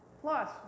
plus